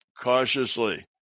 cautiously